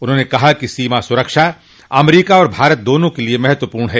उन्होंने कहा कि सीमा सुरक्षा अमरीका और भारत दोनों के लिए महत्वपूर्ण है